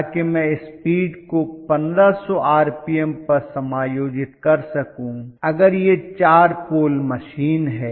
ताकि मैं स्पीड को 1500 आरपीएम पर समायोजित कर सकूं अगर यह 4 पोल मशीन है